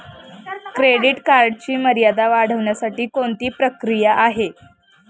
Credit कार्डची मर्यादा वाढवण्यासाठी कोणती प्रक्रिया आहे?